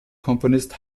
komponist